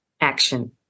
action